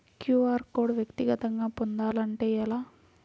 QR code వ్యక్తిగతంగా పొందాలంటే ఎలా?